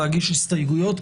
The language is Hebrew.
להגיש הסתייגויות.